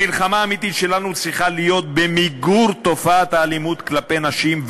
המלחמה האמיתית שלנו צריכה להיות במיגור תופעת האלימות כלפי נשים,